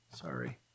sorry